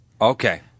Okay